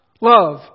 Love